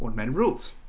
many rules